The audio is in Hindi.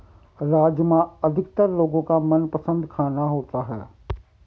राजमा अधिकतर लोगो का मनपसंद खाना होता है